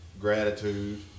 gratitude